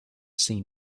seen